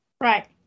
Right